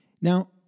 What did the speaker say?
now